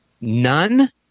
none